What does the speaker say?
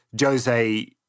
Jose